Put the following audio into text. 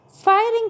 Firing